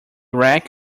wreck